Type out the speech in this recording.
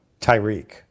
Tyreek